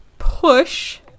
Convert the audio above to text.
push